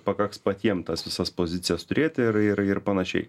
pakaks patiem tas visas pozicijas turėti ir ir ir panašiai